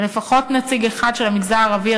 ולפחות נציג אחד של המגזר הערבי,